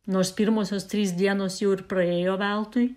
nors pirmosios trys dienos jau ir praėjo veltui